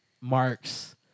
marks